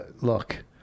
look